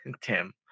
Tim